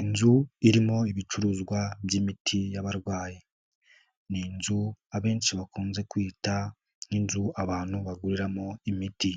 Inzu irimo ibicuruzwa by'imiti y'abarwayi, ni inzu abenshi bakunze kwita n'inzu abantu baguriramo imiti,